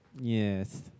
Yes